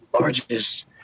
largest